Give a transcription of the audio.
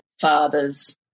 father's